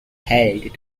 held